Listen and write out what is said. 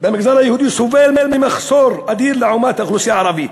במגזר הערבי סובל ממחסור אדיר לעומת האוכלוסייה היהודית.